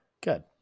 Good